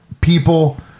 people